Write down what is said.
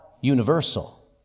universal